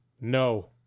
No